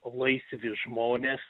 laisvi žmonės